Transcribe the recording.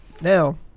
Now